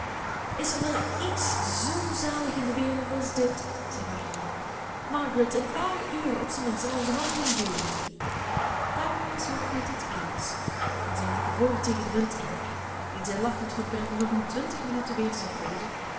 is er wel iets zoo zalig in de wereld als dit zei marianne margaret een paar uur op zijn minst zal onze wandeling duren daarmee was margaret het eens en zij liepen voort tegen den wind in dien zij lachend van pret nog een twintig minuten weerstand boden